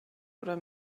oder